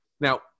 Now